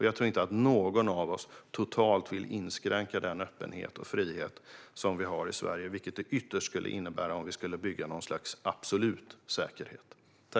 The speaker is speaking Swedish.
Jag tror inte att någon av oss vill totalt inskränka den öppenhet och frihet som vi har i Sverige, vilket det ytterst skulle innebära om vi skulle bygga något slags absolut säkerhet.